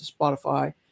Spotify